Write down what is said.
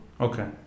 Okay